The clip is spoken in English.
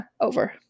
over